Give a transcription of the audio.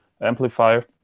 amplifier